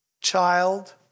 child